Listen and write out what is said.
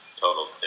total